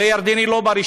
הרי ירדן היא לא ברשימה,